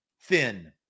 thin